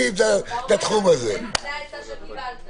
לפני שאתם מצביעים נגד,